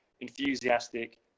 enthusiastic